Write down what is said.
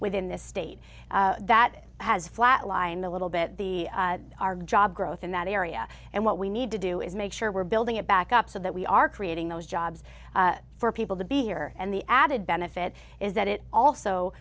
within this state that has flatlined a little bit the our job growth in that area and what we need to do is make sure we're building it back up so that we are creating those jobs for people to be here and the added benefit is that it also